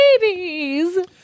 babies